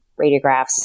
radiographs